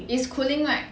it's cooling right